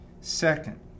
Second